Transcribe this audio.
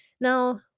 Now